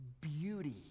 beauty